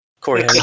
Corey